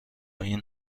این